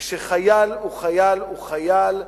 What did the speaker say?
כשחייל הוא חייל הוא חייל,